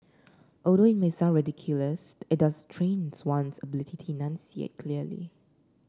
although it may sound ridiculous it does train one's ability to enunciate clearly